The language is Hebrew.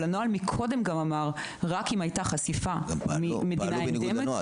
הנוהל הקודם אמר שרק אם הייתה חשיפה --- אבל הם פעלו בניגוד לנוהל,